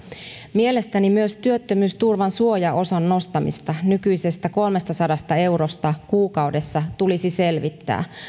mielestäni myös työttömyysturvan suojaosan nostamista nykyisestä kolmestasadasta eurosta kuukaudessa tulisi selvittää